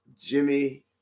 Jimmy